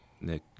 Nick